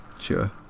sure